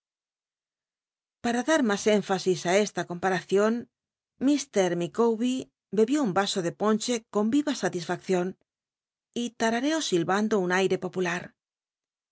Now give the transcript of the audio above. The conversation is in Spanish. para dar mas énfasis ti esta comparacion mr micawbcr bebió un vaso de ponche con viva satisfaccion y tarareó silbando un aire popular